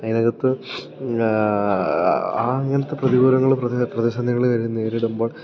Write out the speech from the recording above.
അതിനകത്ത് അങ്ങനെത്തെ പ്രതികൂലങ്ങളും പ്രതിസന്ധികളും അവർ നേരിടുമ്പോൾ